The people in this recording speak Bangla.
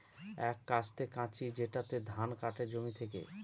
এক কাস্তে কাঁচি যেটাতে ধান কাটে জমি থেকে